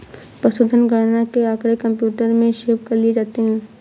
पशुधन गणना के आँकड़े कंप्यूटर में सेव कर लिए जाते हैं